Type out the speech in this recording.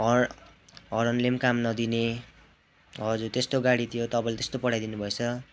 हर हरनले पनि काम नदिने हजुर त्यस्तो गाडी थियो तपाईँले त्यस्तो पठाइदिनु भएछ